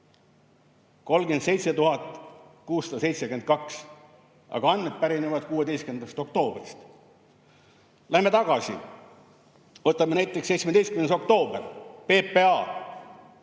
37 672, aga andmed pärinevad 16. oktoobrist. Lähme tagasi. Võtame näiteks 17. oktoober, PPA: